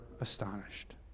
astonished